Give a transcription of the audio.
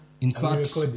Insert